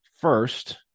first